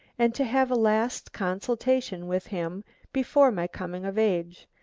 and to have a last consultation with him before my coming of age.